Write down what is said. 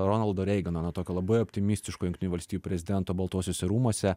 ronaldo reigano na tokio labai optimistiško jungtinių valstijų prezidento baltuosiuose rūmuose